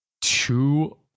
Two